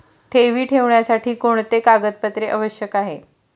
ठेवी ठेवण्यासाठी कोणते कागदपत्रे आवश्यक आहे?